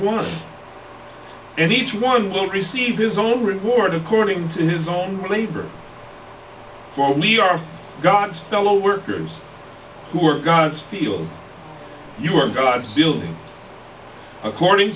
one and each one will receive his own reward according to his own labor for we are god's fellow workers who are god's field you are god's building according